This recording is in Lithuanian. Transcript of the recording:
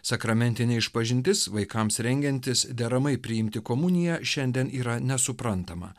sakramentinė išpažintis vaikams rengiantis deramai priimti komuniją šiandien yra nesuprantama